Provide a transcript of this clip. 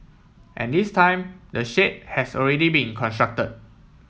and this time the shade has already been constructed